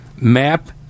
Map